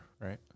Right